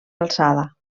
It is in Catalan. alçada